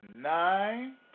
nine